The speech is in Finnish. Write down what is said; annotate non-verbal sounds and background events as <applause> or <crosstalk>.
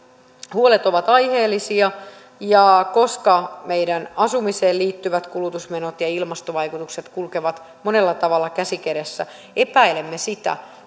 huolet ovat aiheellisia ja koska meidän asumiseen liittyvät kulutusmenot ja ja ilmastovaikutukset kulkevat monella tavalla käsi kädessä epäilemme sitä <unintelligible>